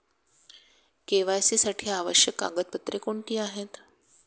KYC साठी आवश्यक कागदपत्रे कोणती आहेत?